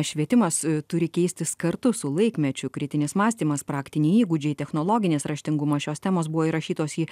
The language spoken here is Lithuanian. švietimas turi keistis kartu su laikmečiu kritinis mąstymas praktiniai įgūdžiai technologinis raštingumas šios temos buvo įrašytos į